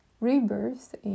Rebirth